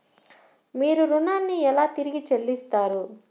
మీరు ఋణాన్ని ఎలా తిరిగి చెల్లిస్తారు?